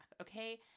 okay